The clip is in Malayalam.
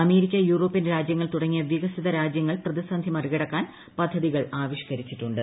അമേരിക്ക് ്യൂറോപ്യൻ രാജ്യങ്ങൾ തുടങ്ങിയ വികസിത രാജ്യങ്ങൾ പ്രതീസന്ധി മറികടക്കാൻ പദ്ധതികൾ ആവിഷ്ക്കരിച്ചിട്ടുണ്ട്